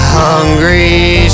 hungry